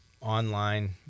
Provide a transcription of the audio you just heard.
online